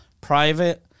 private